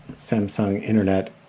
samsung internet